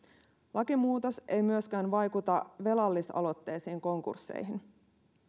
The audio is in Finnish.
lakimuutos ei myöskään vaikuta velallisaloitteisiin konkursseihin